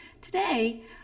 Today